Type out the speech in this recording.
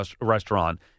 restaurant